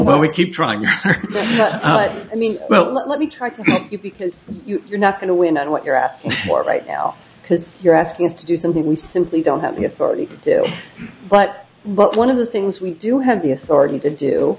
when we keep trying i mean well let me try to you because you're not going to win that what you're asking for right now because you're asking us to do something we simply don't have the authority to do but one of the things we do have the authority to do